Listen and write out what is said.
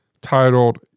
titled